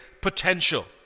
potential